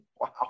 Wow